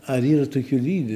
ar yra tokių lyde